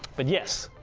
but yes,